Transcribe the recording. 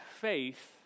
faith